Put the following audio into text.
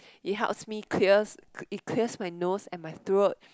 it helps me clears it clears my nose and my throat